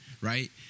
right